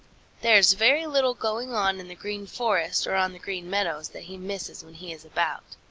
there is very little going on in the green forest or on the green meadows that he misses when he is about.